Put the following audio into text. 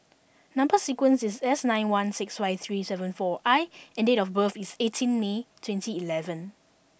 number sequence is S nine one six five three seven four I and date of birth is eighteen May twenty eleven